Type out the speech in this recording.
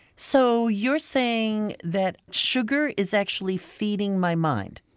so you're saying that sugar is actually feeding my mind?